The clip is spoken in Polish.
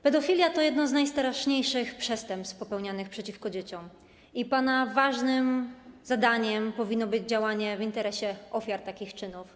Pedofilia to jedno z najstraszniejszych przestępstw popełnianych przeciwko dzieciom i pana ważnym zadaniem powinno być działanie w interesie ofiar takich czynów.